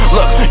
Look